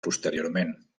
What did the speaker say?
posteriorment